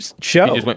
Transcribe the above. show